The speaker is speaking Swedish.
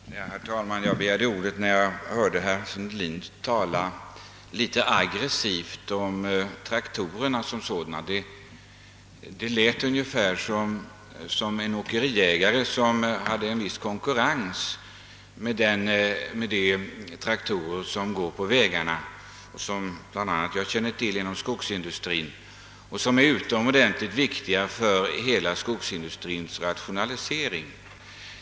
Herr talman! Jag begärde ordet när jag hörde herr Sundelin tala litet aggressivt om traktorerna som sådana, han lät ungefär som en åkeriägare som möter en viss konkurrens från de traktorer som går på vägarna. Jag känner till dessa traktorer från skogsindustrin, och de är utomordentligt viktiga för dennas rationalisering.